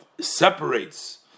separates